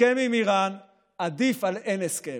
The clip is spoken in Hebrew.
הסכם עם איראן עדיף על אין הסכם,